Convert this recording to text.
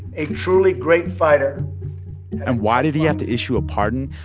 a truly great fighter and why did he have to issue a pardon?